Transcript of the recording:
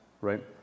right